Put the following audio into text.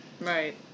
Right